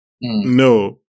no